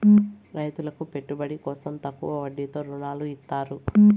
రైతులకు పెట్టుబడి కోసం తక్కువ వడ్డీతో ఋణాలు ఇత్తారు